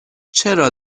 چرا